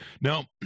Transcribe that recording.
Now